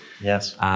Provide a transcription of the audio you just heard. Yes